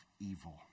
evil